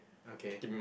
okay